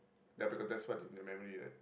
ya because that's what's in your memory right